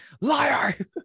liar